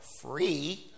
free